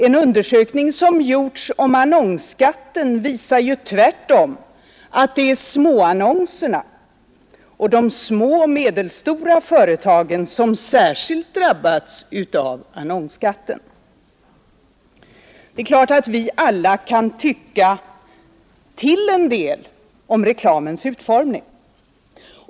En undersökning som gjorts om annonsskatten visar ju tvärtom att det är småannonserna och de små och medelstora företagen som särskilt drabbats av annonsskatten. Det är klart att vi alla kan ”tycka till” en del om reklamens utformning.